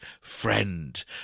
friend